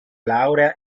laurea